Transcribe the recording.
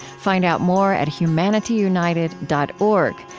find out more at humanityunited dot org,